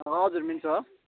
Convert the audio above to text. हजुर मिल्छ